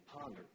ponder